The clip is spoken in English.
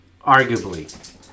Arguably